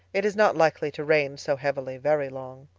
it is not likely to rain so heavily very long.